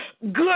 good